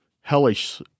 hellish